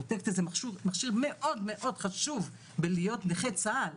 פרוטקציה זה מכשיר מאוד חשוב בלהיות נכה צה"ל,